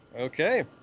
Okay